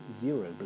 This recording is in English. zero